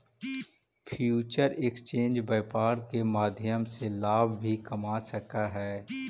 future exchange व्यापार के माध्यम से लाभ भी कमा सकऽ हइ